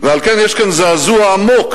ועל כן יש כאן זעזוע עמוק,